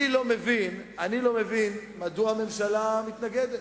אני לא מבין מדוע הממשלה מתנגדת.